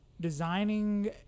designing